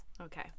okay